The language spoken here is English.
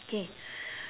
okay